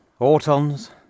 Autons